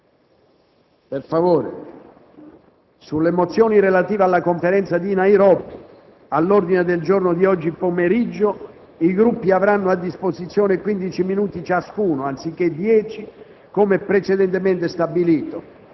23 novembre. Sulle mozioni relative alla Conferenza di Nairobi, all'ordine del giorno di oggi pomeriggio, i Gruppi avranno a disposizione quindici minuti ciascuno, anziché dieci come precedentemente stabilito.